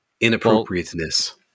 inappropriateness